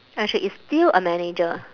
and she is still a manager